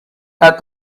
add